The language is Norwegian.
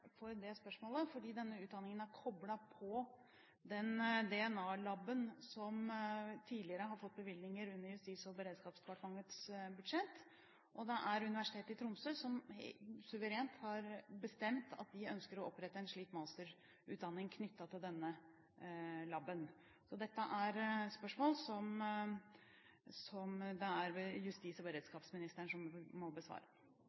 for dette spørsmålet fordi denne utdanningen er koblet på den DNA-laben som tidligere har fått bevilgninger under Justis- og beredskapsdepartementets budsjett. Det er Universitetet i Tromsø som suverent har bestemt at de ønsker å opprette en slik masterutdanning knyttet til denne laben. Så dette er spørsmål som